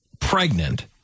pregnant